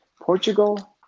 Portugal